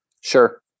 Sure